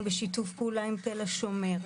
אנחנו בשיתוף פעולה עם תל השומר,